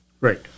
Right